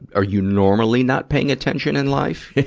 are you normally not paying attention in life?